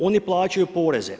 Oni plaćaju poreze.